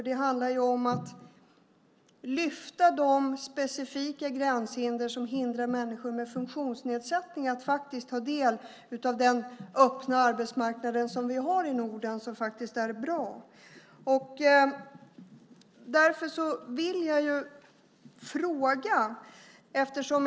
Det handlar om att lyfta fram de specifika gränshinder som hindrar människor med funktionsnedsättning att faktiskt ta del av den öppna arbetsmarknad som vi har i Norden och som faktiskt är bra. Därför vill jag ställa ännu en fråga.